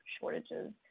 shortages